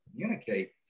communicate